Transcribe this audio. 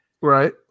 Right